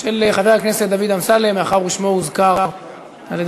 חבר הכנסת יואב בן צור,